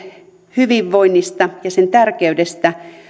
hyvinvoinnista ja sen tärkeydestä